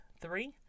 three